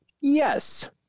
Yes